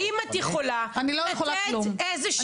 האם את יכולה לתת איזושהי הבטחה -- אני לא יכולה כלום.